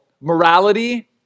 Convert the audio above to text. morality